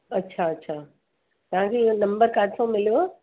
अच्छा अच्छा तव्हांखे हीअं नम्बर काथऊं मिलियो